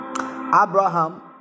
Abraham